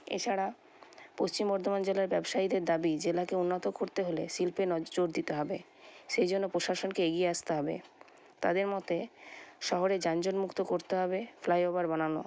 এছাড়া পশ্চিম বর্ধমান জেলার ব্যবসায়ীদের দাবী জেলাকে উন্নত করতে হলে শিল্পে নজর দিতে হবে সেই জন্য প্রশাসনকে এগিয়ে আসতে হবে তাদের মধ্যে শহরে যানজট মুক্ত করতে হবে ফ্লাইওভার বানানো